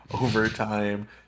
overtime